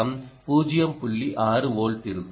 6 volt இருக்கும்